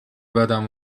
بدم